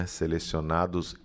selecionados